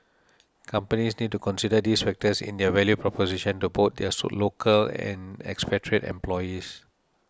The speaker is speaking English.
companies need to consider these factors in their value proposition to both their local and expatriate employees